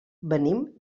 venim